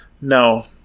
no